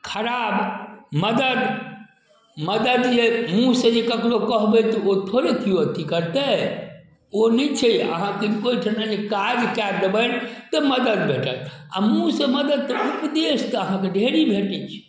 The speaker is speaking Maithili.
खराब मदति मदति जे मुँहसँ जे ककरो कहबै तऽ ओ थोड़े केओ अथी करतै ओ नहि छै अहाँ किनको एहिठाम जे काज कऽ देबनि तऽ मदति भेटत आओर मुँहसँ मदति उपदेश तऽ अहाँके ढेरी भेटै छै